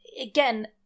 Again